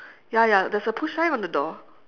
ya ya there's a push sign on the door